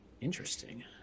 Interesting